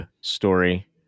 story